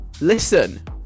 Listen